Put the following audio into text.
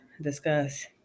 discuss